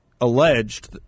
alleged